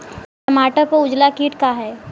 टमाटर पर उजला किट का है?